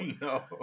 No